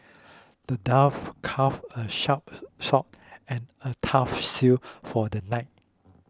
the dwarf crafted a sharp sword and a tough shield for the knight